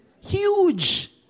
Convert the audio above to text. Huge